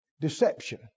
deception